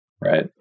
right